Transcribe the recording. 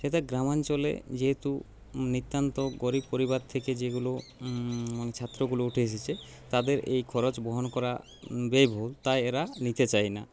সেটা গ্রামাঞ্চলে যেহেতু নিতান্ত গরীব পরিবার থেকে যেগুলো ছাত্রগুলো উঠে এসেছে তাদের এই খরচ বহন করা ব্যয়বহুল তাই এরা নিতে চায় না